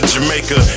Jamaica